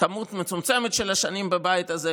כמות מצומצמת של שנים בבית הזה,